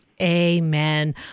Amen